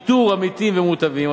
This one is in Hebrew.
(איתור עמיתים ומוטבים),